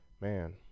Man